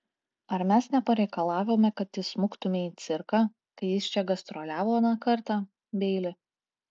ar mes nepareikalavome kad įsmuktumei į cirką kai jis čia gastroliavo aną kartą beili